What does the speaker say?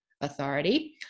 authority